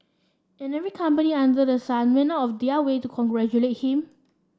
and every company under the sun went out of their way to congratulate him